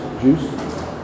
juice